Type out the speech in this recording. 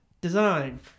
design